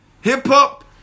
hip-hop